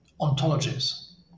ontologies